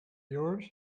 yours